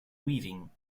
weaving